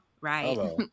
right